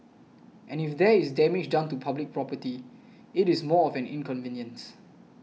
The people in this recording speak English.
and if there is damage done to public property it is more of an inconvenience